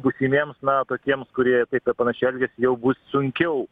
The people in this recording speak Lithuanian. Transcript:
būtiniems na tokiems kurie taip vat panašiai elgiasi jau bus sunkiau